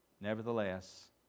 Nevertheless